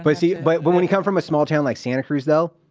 but see, but when when you come from a small town like santa cruz though,